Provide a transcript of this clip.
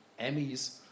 Emmys